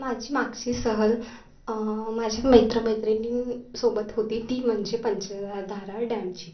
माझी मागची सहल माझ्या मैत्रमैत्रिणींसोबत होती ती म्हणजे पंचाधारा डॅमची